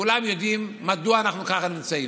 כולם יודעים מדוע אנחנו ככה נמצאים,